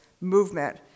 movement